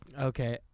Okay